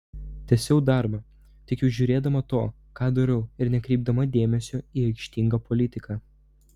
tęsiau darbą tik jau žiūrėdama to ką darau ir nekreipdama dėmesio į aikštingą politiką